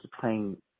playing